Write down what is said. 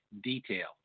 detail